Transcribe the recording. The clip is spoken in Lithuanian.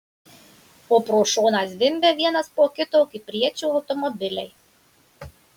o pro šoną zvimbia vienas po kito kipriečių automobiliai